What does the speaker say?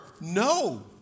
No